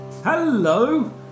Hello